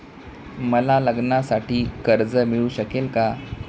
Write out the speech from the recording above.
मला लग्नासाठी कर्ज मिळू शकेल का?